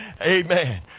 Amen